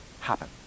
happen